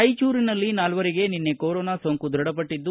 ರಾಯಚೂರಿನಲ್ಲಿ ನಾಲ್ವರಿಗೆ ನಿನ್ನೆ ಕೊರೊನಾ ಸೋಂಕು ಧೃಡಪಟ್ಟಿದ್ದು